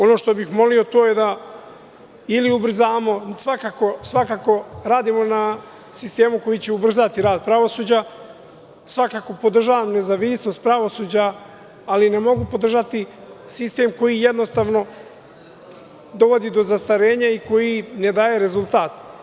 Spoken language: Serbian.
Ono što bih molio to je da, ili ubrzamo, svakako, radimo na sistemu koji će ubrzati rad pravosuđa, svakako podržavam nezavisnost pravosuđa, ali ne mogu podržati sistem koji jednostavno dovodi do zastarenja i koji ne daje rezultat.